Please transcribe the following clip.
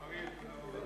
תודה רבה.